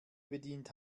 bedient